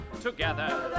together